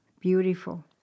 Beautiful